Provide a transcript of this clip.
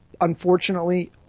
Unfortunately